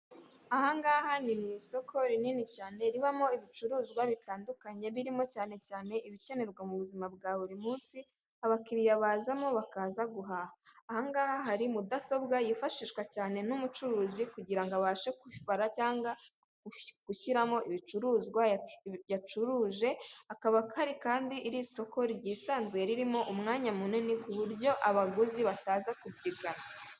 Ahangaha ni mu isoko rinini cyane ribamo ibicuruzwa bitandukanye birimo cyane cyane ibikenerwa mu buzima bwa buri munsi, abakiriya bazamo bakaza guhaha. Ahangaha hari mudasobwa yifashishwa cyane n'umucuruzi kugirango abashe kubibara cyangwa gushyiramo ibicuruzwa yacuruje akaba hari kandi iri isoko ryisanzuye ririmo umwanya munini ku buryo abaguzi bataza kubyigana.